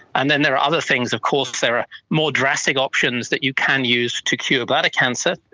and then there are other things, of course there are more drastic options that you can use to cure bladder cancer,